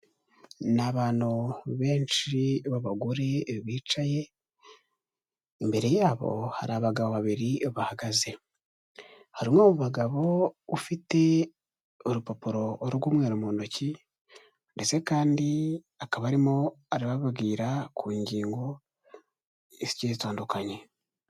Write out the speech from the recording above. Ni abantu benshi b'abagore bicaye, imbere yabo hari abagabo babiri bahagaze, hari umwe mu bagabo, ufite urupapuro rw'umweru mu ntoki ndetse kandi akaba arimo arababwira ku ngingo zigiye zitandukanye.